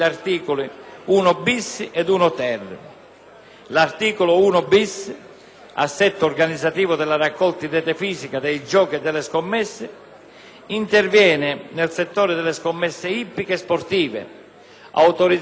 L'articolo 1-*bis* (Assetto organizzativo della raccolta in rete fisica dei giochi e delle scommesse) interviene nel settore delle scommesse ippiche e sportive, autorizzando l'Amministrazione autonoma dei monopoli di Stato